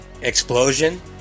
Explosion